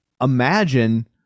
imagine